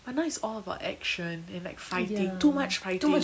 but now it's all about action and like fighting too much fighting